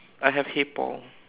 I have hey Paul